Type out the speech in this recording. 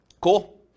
cool